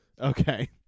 Okay